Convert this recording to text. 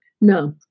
No